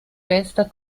bester